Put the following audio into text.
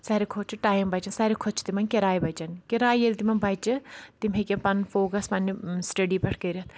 ساروی کھۄتہٕ چھُ ٹایم بَچان ساروی کھۄتہٕ چھِ تِمَن کِراے بَچان کِراے ییٚلہِ تِمَن بَچہِ تِم ہٮ۪کن پَنُن فوکَس پَننہِ سٹیڈی پؠٹھ کٔرِتھ